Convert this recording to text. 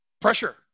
pressure